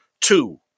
Two